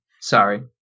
Sorry